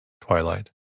twilight